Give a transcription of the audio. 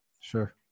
Sure